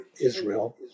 Israel